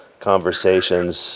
conversations